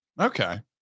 okay